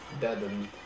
deadened